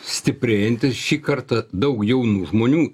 stiprėjantys šį kartą daug jaunų žmonių